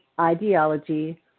ideology